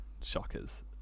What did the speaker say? shockers